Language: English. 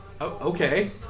okay